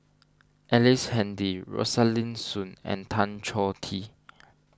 Ellice Handy Rosaline Soon and Tan Choh Tee